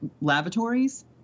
lavatories